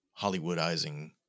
Hollywoodizing